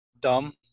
dumb